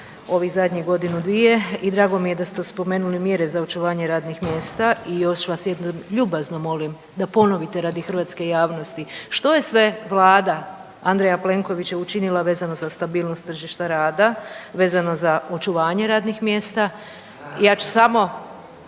ovih zadnjih godinu, dvije. I drago mi je da ste spomenuli mjere za očuvanje radnih mjesta. I još vas jednom ljubazno molim da ponovite radi hrvatske javnosti što je sve Vlada Andreja Plenkovića učinila vezano za stabilnost tržišta rada, vezano za očuvanje radnih mjesta. Ja ću samo